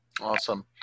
Awesome